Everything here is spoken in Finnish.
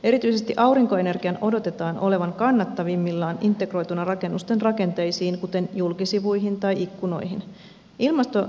erityisesti aurinkoenergian odotetaan olevan kannattavimmillaan integroituna rakennusten rakenteisiin kuten julkisivuihin tai ikkunoihin